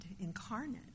incarnate